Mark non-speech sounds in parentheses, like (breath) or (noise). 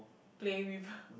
play with (breath)